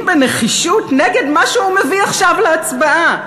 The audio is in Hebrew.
בנחישות נגד מה שהוא מביא עכשיו להצבעה,